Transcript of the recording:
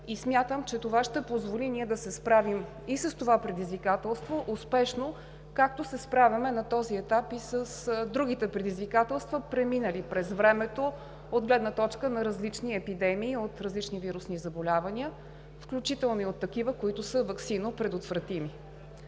и смятам, че това ще позволи да се справим с това предизвикателство успешно, както се справяме на този етап и с другите предизвикателства, преминали през времето от гледна точка на различни епидемии от различни вирусни заболявания, включително и от такива, които са ваксинопредотвратими.